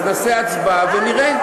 אז נעשה הצבעה ונראה.